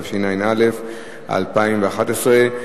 התשע"א 2011,